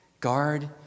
Guard